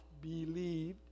believed